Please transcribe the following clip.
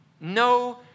No